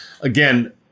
again